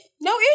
no